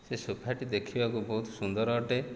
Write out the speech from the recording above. ସେ ସୋଫାଟି ଦେଖିବାକୁ ବହୁତ ସୁନ୍ଦର ଅଟେ